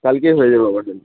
কালকেই হয়ে যাবে অপারেশানটা